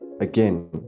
again